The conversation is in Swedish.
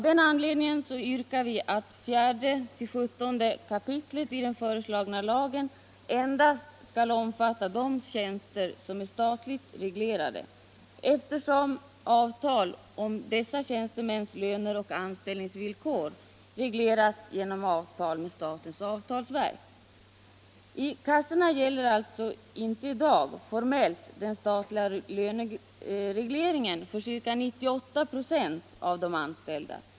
Därför yrkar vi att 4—14 kap. i den föreslagna lagen endast skall omfatta de tjänster som är statligt reglerade, eftersom avtal om dessa tjänstemäns löner och anställningsvillkor regleras genom avtal med statens avtalsverk. I kassorna gäller i dag alltså inte formellt den statliga löneregleringen för ca 98 96 av de anställda.